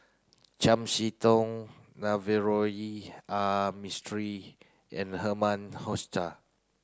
Chiam See Tong Navroji R Mistri and Herman Hochstadt